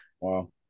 wow